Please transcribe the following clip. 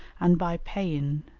and by pein,